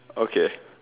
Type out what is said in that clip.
okay